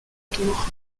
tour